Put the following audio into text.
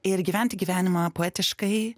ir gyventi gyvenimą poetiškai